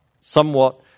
somewhat